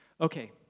Okay